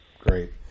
great